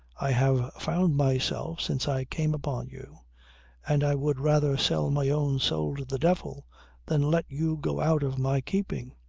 i have found myself since i came upon you and i would rather sell my own soul to the devil than let you go out of my keeping.